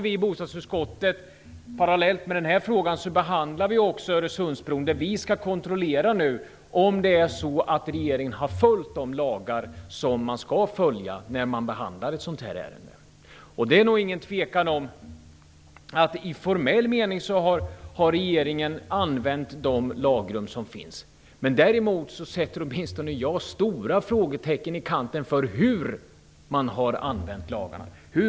Vi i bostadsutskottet skall nu kontrollera om regeringen har följt de lagar som man skall följa vid behandlingen av ett sådant här ärende. Det råder inga tvivel om att regeringen i formell mening har använt de lagrum som finns. Däremot sätter åtminstone jag stora frågetecken i kanten för hur man har tolkat lagarna.